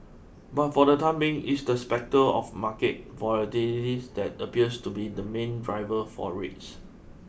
but for the time being it's the spectre of market volatility that appears to be the main driver for rates